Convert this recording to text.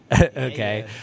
okay